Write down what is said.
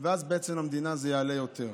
ואז בעצם למדינה זה יעלה יותר.